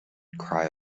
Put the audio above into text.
cry